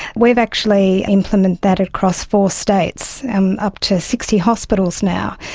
we've actually implemented that across four states, up to sixty hospitals now.